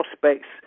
prospects